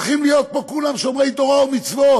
שהולכים להיות פה כולם שומרי תורה ומצוות,